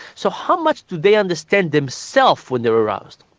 so how much do they understand themself when they're aroused?